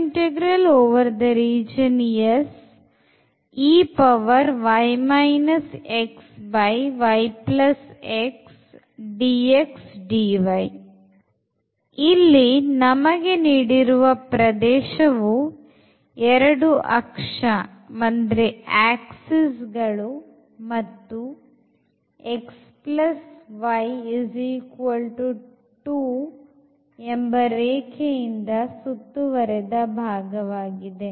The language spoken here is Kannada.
ಇಲ್ಲಿ ಇಲ್ಲಿ ನಮಗೆ ನೀಡಿರುವ ಪ್ರದೇಶ ಪ್ರದೇಶವು ಎರಡು ಅಕ್ಷಗಳು ಮತ್ತು xy2 ರೇಖೆಯಿಂದ ಸುತ್ತುವರೆದ ಭಾಗವಾಗಿದೆ